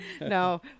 No